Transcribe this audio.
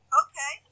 okay